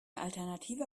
alternative